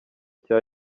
cya